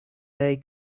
they